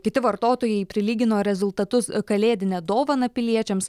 kiti vartotojai prilygino rezultatus kalėdinę dovaną piliečiams